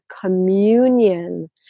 communion